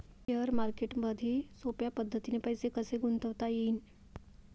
Share मार्केटमधी सोप्या पद्धतीने पैसे कसे गुंतवता येईन?